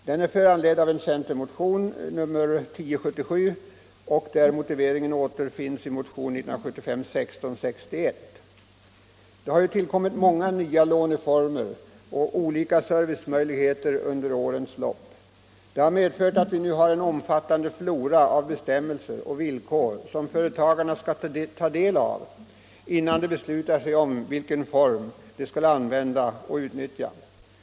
Den är föranledd av en centermotion, 1975:1077, och motiveringen återfinns i motionen 1975:1661. Många nya låneformer och olika servicemöjligheter har ju tillkommit under årens lopp, vilket har medfört att vi nu har en omfattande flora av bestämmelser och villkor, som företagarna skall ta del av innan de beslutar sig för vilken form de skall använda och utnyttja.